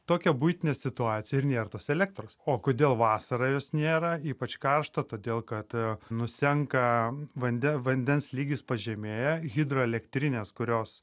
tokia buitinė situacija ir nėr tos elektros o kodėl vasarą jos nėra ypač karštą todėl kad nusenka vanduo vandens lygis pažemėja hidroelektrinės kurios